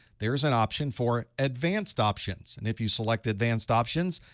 there is an option for advanced options. and if you select advanced options,